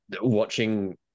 watching